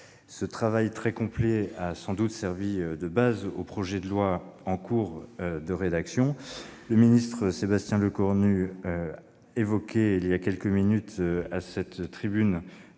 Ce travail très complet a sans doute servi de base au projet de loi en cours de rédaction. Le ministre Sébastien Lecornu exprimait il y a quelques minutes, à cette tribune,